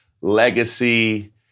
legacy